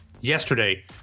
yesterday